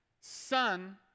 son